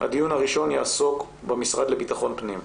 הדיון הראשון יעסוק במשרד לביטחון פנים.